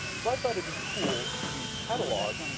so i thought it'd be cool to catalog,